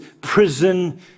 prison